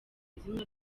izina